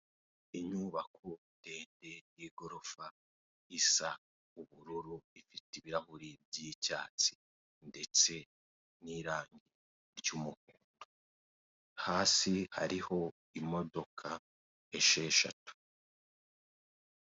Inyubako ndende y'igorofa isa ubururu ifite ibirahuri by'icyatsi ndetse n'irange ry'umuhondo hasi hariho imodoka esheshatu.